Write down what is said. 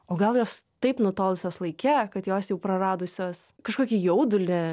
o gal jos taip nutolusios laike kad jos jau praradusios kažkokį jaudulį